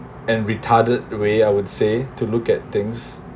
and retarded a way I would say to look at things